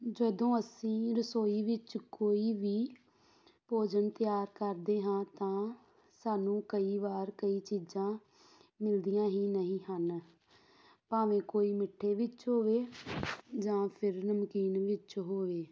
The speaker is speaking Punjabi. ਜਦੋਂ ਅਸੀਂ ਰਸੋਈ ਵਿੱਚ ਕੋਈ ਵੀ ਭੋਜਨ ਤਿਆਰ ਕਰਦੇ ਹਾਂ ਤਾਂ ਸਾਨੂੰ ਕਈ ਵਾਰ ਕਈ ਚੀਜ਼ਾਂ ਮਿਲਦੀਆਂ ਹੀ ਨਹੀਂ ਹਨ ਭਾਵੇਂ ਕੋਈ ਮਿੱਠੇ ਵਿੱਚ ਹੋਵੇ ਜਾਂ ਫਿਰ ਨਮਕੀਨ ਵਿੱਚ ਹੋਵੇ